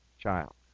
child